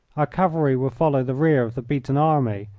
our cavalry will follow the rear of the beaten army,